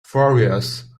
furious